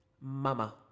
mama